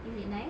is it nice